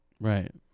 Right